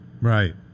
Right